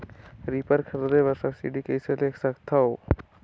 Reaper खरीदे बर subsidy कइसे ले सकथव?